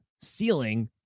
ceiling